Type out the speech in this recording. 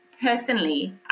personally